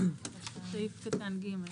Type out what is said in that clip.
בסעיף קטן (ב),